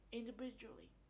individually